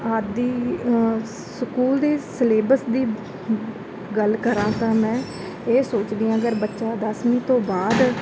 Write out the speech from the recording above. ਆਦਿ ਸਕੂਲ ਦੇ ਸਿਲੇਬਸ ਦੀ ਗੱਲ ਕਰਾਂ ਤਾਂ ਮੈਂ ਇਹ ਸੋਚਦੀ ਹਾਂ ਅਗਰ ਬੱਚਾ ਦਸਵੀਂ ਤੋਂ ਬਾਅਦ